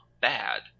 bad